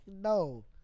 No